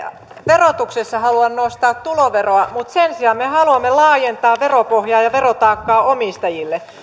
verotuksessa halua nostaa tuloveroa mutta sen sijaan me haluamme laajentaa veropohjaa ja verotaakkaa omistajille